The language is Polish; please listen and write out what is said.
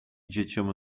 dzieciom